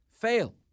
fail